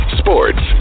sports